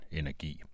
energi